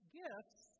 gifts